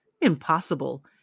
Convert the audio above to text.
Impossible